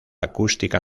acústica